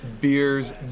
Beers